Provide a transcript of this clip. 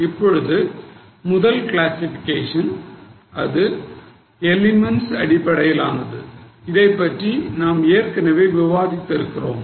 இப்பொழுது முதல் கிளாசிஃபிகேஷன் இது எலிமென்ட்ஸ் அடிப்படையிலானது இதைப் பற்றி நாம் ஏற்கனவே விவாதித்திருக்கிறோம்